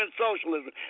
socialism